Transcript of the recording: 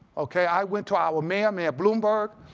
okay, i went to our mayor, mayor bloomberg,